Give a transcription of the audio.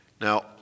Now